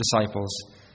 disciples